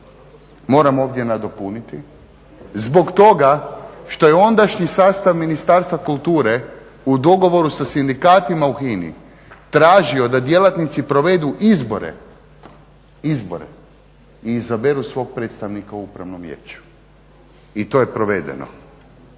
Moram ovdje nadopuniti zbog toga što je ondašnji sastav Ministarstva kulture u dogovoru sa sindikatima u HINAA-i tražio da djelatnici provedu izbore i izaberu svog predstavnika u Upravnom vijeću. I to je provedeno,